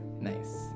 Nice